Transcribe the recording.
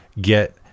get